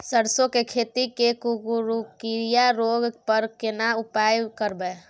सरसो के खेती मे कुकुरिया रोग पर केना उपाय करब?